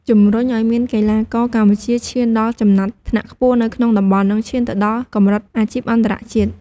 ជំរុញឱ្យមានកីឡាករកម្ពុជា ឈានដល់ចំណាត់ថ្នាក់ខ្ពស់នៅក្នុងតំបន់ និងឈានទៅដល់កម្រិតអាជីពអន្តរជាតិ។